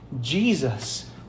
Jesus